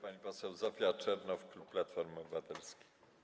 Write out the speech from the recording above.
Pani poseł Zofia Czernow, klub Platforma Obywatelska.